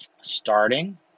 Starting